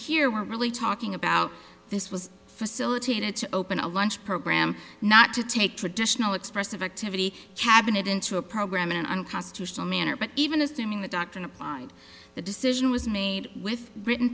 here we're really talking about this was facilitated to open a lunch program not to take traditional expressive activity cabinet into a program in an unconstitutional manner but even assuming the doctrine applied the decision was made with writ